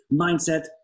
mindset